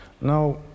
Now